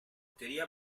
teoría